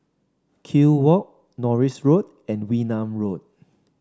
Kew Walk Norris Road and Wee Nam Road